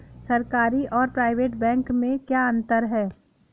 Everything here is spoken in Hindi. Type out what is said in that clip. सरकारी और प्राइवेट बैंक में क्या अंतर है?